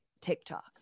TikTok